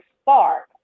spark